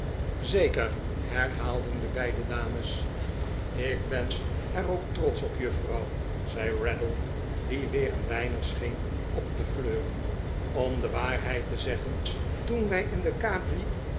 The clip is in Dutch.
zeker herhaalden de beide andere dames ik ben er ook tro tsch op juffrouw zei raddle die weer een weinig scheen op te fleuren om de waarheid te zeggen toen wij in de cabr